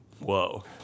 Whoa